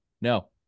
no